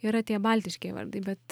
yra tie baltiškieji vardai bet